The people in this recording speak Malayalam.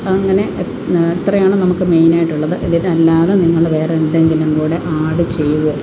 അപ്പം അങ്ങനെ ഇ ഇത്രയാണ് നമുക്ക് മെയിനായിട്ടുള്ളത് ഇതല്ലാതെ നിങ്ങൾ വേറെന്തെങ്കിലും കൂടി ആഡ് ചെയ്യുമോ